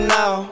now